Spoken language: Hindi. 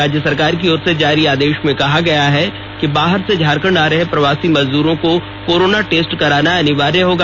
राज्य सरकार की ओर से जारी आदेश में कहा गया है कि बाहर से झारखंड आ रहे प्रवासी मजदूरों को कोरोना टेस्ट कराना अनिवार्य है